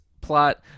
plot